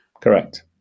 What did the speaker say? Correct